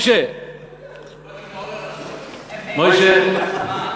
משה, משה, מה?